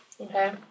Okay